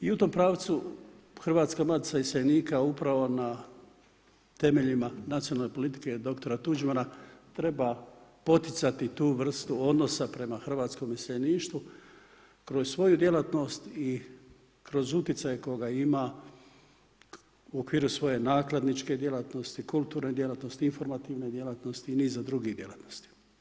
I u tom pravcu Hrvatska matica iseljenika upravo na temeljima nacionalne politike dr. Tuđmana treba poticati tu vrstu odnosa prema hrvatskom iseljeništvu kroz svoju djelatnost i kroz utjecaj koga ima u okviru svoje nakladničke djelatnosti, kulturne djelatnosti, informativne djelatnosti i niza drugih djelatnosti.